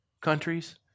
countries